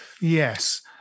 yes